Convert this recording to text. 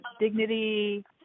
dignity